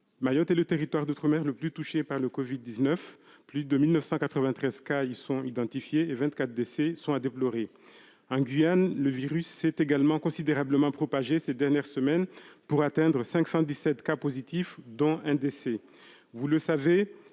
Mayotte est le territoire d'outre-mer le plus touché par le Covid-19. Plus de 1 993 cas y ont été identifiés et 24 décès sont à déplorer. En Guyane, le virus s'est considérablement propagé ces dernières semaines, pour atteindre 517 cas positifs, dont 1 décès.